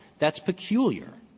that's peculiar.